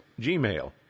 Gmail